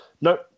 No